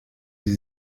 sie